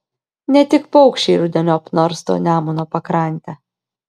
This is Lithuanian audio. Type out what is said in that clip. ne tik paukščiai rudeniop narsto nemuno pakrantę